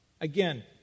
Again